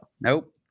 nope